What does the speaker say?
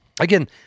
again